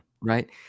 Right